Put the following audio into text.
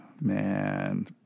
man